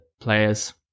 players